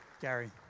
Gary